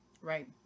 Right